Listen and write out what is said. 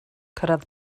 cyrraedd